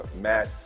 Matt